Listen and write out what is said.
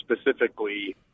specifically